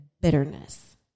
bitterness